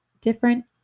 different